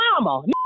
mama